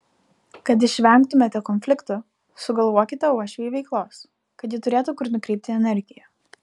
kad išvengtumėte konfliktų sugalvokite uošvei veiklos kad ji turėtų kur nukreipti energiją